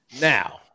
Now